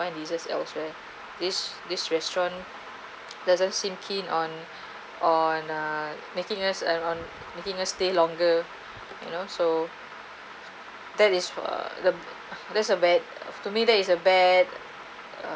find desert elsewhere this this restaurant doesn't seem keen on on err making us around making us stay longer you know so that is for the there's a bad of to me that is a bad